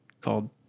called